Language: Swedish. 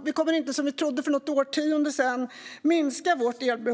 minska vårt elbehov, som vi trodde för något årtionde sedan, utan öka det.